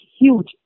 huge